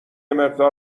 مقدار